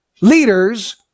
leaders